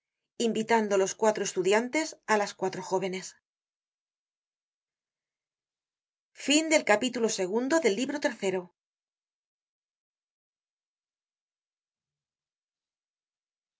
invitando los cuatro estudiantes á las euatro jóvenes